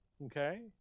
Okay